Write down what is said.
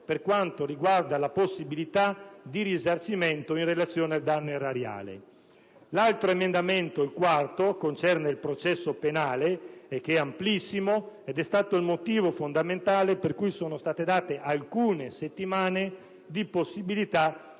in ordine alla possibilità di risarcimento in relazione al danno erariale. L'altro emendamento concerne il processo penale ed è amplissimo; è stato il motivo fondamentale per cui sono state date alcune settimane ai Gruppi